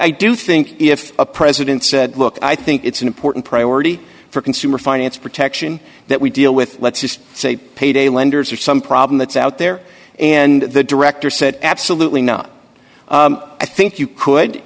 i do think if the president said look i think it's an important priority for consumer finance protection that we deal with let's just say payday lenders or some problem that's out there and the director said absolutely not i think you could